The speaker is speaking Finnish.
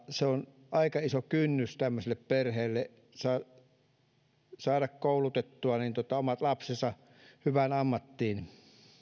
se on aika iso kynnys tämmöiselle perheelle saada koulutettua omat lapsensa hyvään ammattiin kun